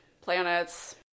planets